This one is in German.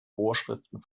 vorschriften